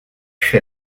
fais